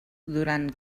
durant